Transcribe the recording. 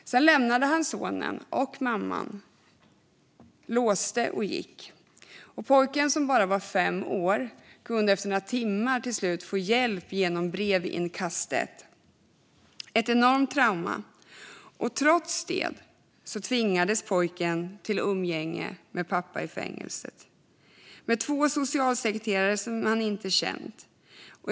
Pappan lämnade sedan sonen och mamman, låste och gick. Pojken, som bara var fem år, kunde efter några timmar till slut få hjälp genom brevinkastet. Det är ett enormt trauma. Trots det tvingades pojken till umgänge med pappan i fängelset, med två socialsekreterare som han inte kände.